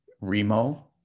Remo